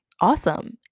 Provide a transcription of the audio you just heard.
awesome